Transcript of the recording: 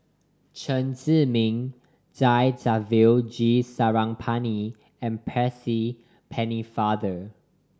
Chen Zhiming Thamizhavel G Sarangapani and Percy Pennefather